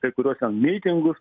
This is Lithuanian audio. kai kuriuos ten mitingus